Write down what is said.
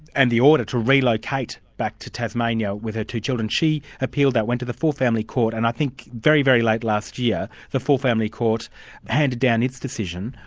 and the order to relocate back to tasmania with her two children. she appealed that, went to the full family court and i think very, very late last year, the full family court handed down this decision.